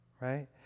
Right